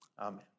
amen